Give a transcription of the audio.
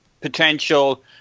potential